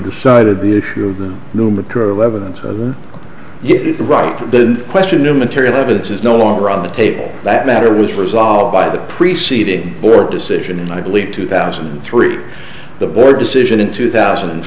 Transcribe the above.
decided the issue of the new material evidence to get it right the question new material evidence is no longer on the table that matter was resolved by the preceding board decision and i believe two thousand and three the board decision in two thousand and